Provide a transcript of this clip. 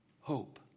hope